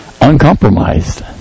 uncompromised